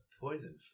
Poison